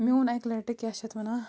مےٚ اوٚن اَکہِ لَٹہِ کیٛاہ چھِ اتھ وَنان